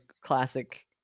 classic